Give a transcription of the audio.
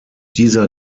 dieser